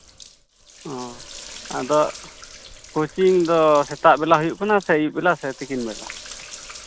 ᱟᱫᱚ ᱠᱚᱪᱤᱝ ᱫᱚ ᱥᱮᱛᱟᱜ ᱵᱮᱞᱟ ᱦᱩᱭᱩᱜ ᱠᱟᱱᱟ ᱥᱮ ᱟᱹᱭᱩᱵ ᱵᱮᱞᱟ ᱥᱮ ᱛᱤᱠᱤᱱ ᱵᱮᱞᱟ